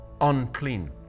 unclean